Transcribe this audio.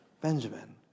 Benjamin